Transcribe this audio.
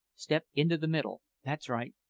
step into the middle that's right.